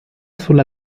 sulla